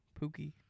Pookie